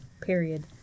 period